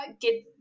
get